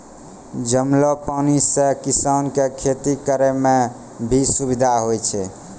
जमलो पानी से किसान के खेती करै मे भी सुबिधा होय छै